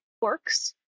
Works